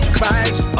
Christ